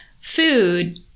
food